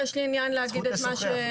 יש לי עניין להגיד את מה ש- -- זכות לשוחח.